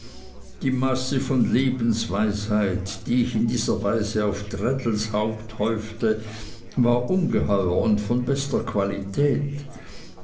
die masse von lebensweisheit die ich in dieser weise auf traddles haupt häufte war ungeheuer und von bester qualität